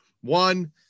one